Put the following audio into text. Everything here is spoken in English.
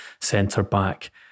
centre-back